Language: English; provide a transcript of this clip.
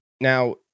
Now